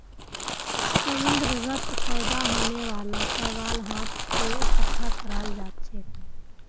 समुंदरत पैदा होने वाला शैवाल हाथ स इकट्ठा कराल जाछेक